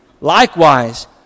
likewise